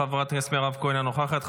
חברת הכנסת מירב כהן,